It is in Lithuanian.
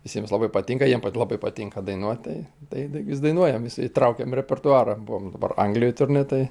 visiems labai patinka jiem labai patinka dainuot tai tai dai vis dainuojam vis įtraukiam į repertuarą buvom dabar anglijoj turnė tai